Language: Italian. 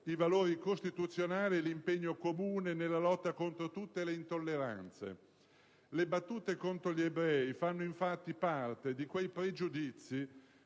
i valori costituzionali e l'impegno comune nella lotta contro tutte le intolleranze. Le battute contro gli ebrei fanno infatti parte di quei pregiudizi